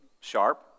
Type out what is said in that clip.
sharp